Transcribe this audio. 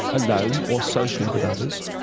alone or socially with others,